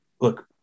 look